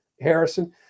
Harrison